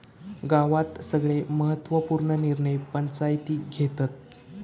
गावात सगळे महत्त्व पूर्ण निर्णय पंचायती घेतत